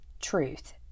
truth